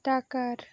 টাকার